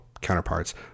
counterparts